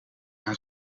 aan